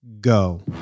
go